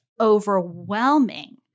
overwhelming